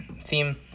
theme